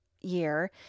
year